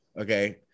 okay